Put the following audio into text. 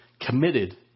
committed